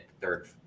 third